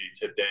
today